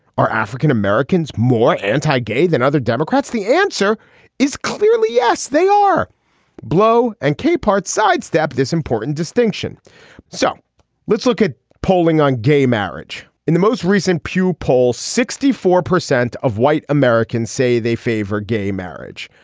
are african-americans more anti-gay than other democrats. the answer is clearly yes they are blow and capehart sidestepped this important distinction so let's look at polling on gay marriage in the most recent pew poll sixty four percent of white americans say they favor gay marriage.